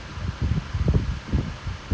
quite sad lah then we go there then